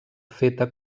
feta